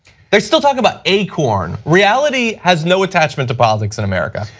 they still talk about acorn. reality has no attachment to politics in america.